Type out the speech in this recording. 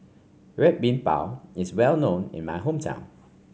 Red Bean Bao is well known in my hometown